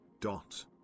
Dot